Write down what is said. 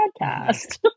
podcast